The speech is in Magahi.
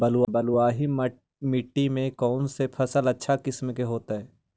बलुआही मिट्टी में कौन से फसल अच्छा किस्म के होतै?